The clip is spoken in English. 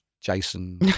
Jason